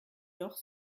doch